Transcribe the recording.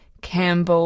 Campbell